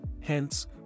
Hence